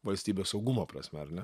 valstybės saugumo prasme ar ne